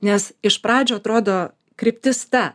nes iš pradžių atrodo kryptis ta